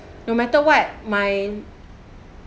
no matter what my